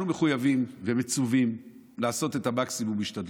אנחנו מחויבים ומצווים לעשות מקסימום השתדלות.